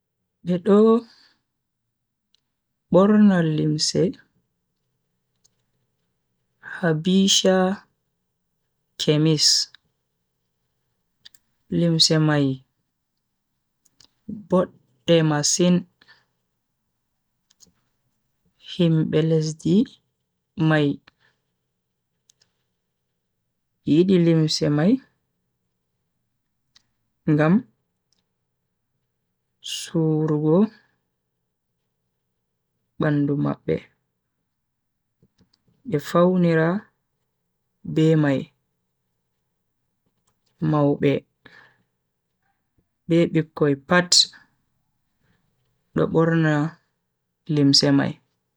Bedo borna limse habisha kemis. limse mai bodde masin. himbe lesdi mai yidi limse mai ngam surugo bandu mabbe be faunira be mai. maube, be bikkoi pat do borna limse mai.